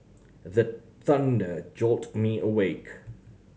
the thunder jolt me awake